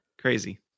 Crazy